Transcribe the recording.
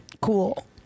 Cool